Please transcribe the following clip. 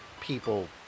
people